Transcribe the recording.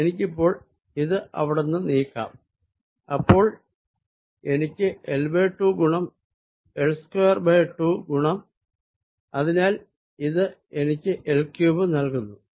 എനിക്കിപ്പോൾ ഇത് ഇവിടുന്ന് നീക്കാം അപ്പോൾ എനിക്ക് L2 ഗുണം L സ്ക്വയർ2 ഗുണം അതിനാൽ ഇത് എനിക്ക് L ക്യൂബ്ഡ് നൽകുന്നു